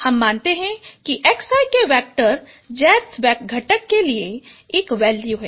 हम मानते हैं कि xi के वेक्टर jth घटक के लिए एक वैल्यू है